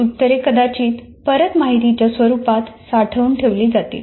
ही उत्तरे कदाचित परत माहितीच्या स्वरुपात साठवून ठेवली जातील